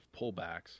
pullbacks